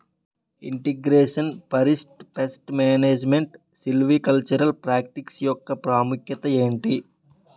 integration forest pest management silvicultural practice యెక్క ప్రాముఖ్యత ఏంటి